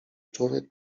człowiek